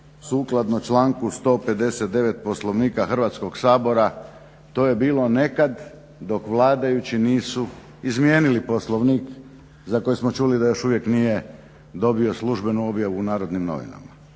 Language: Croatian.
sukladno članku 159. Poslovnika Hrvatskog sabora, to je bilo nekad dok vladajući nisu izmijenili poslovnik za koji smo čuli da još uvijek nije dobio službenu objavu u Narodnim novinama.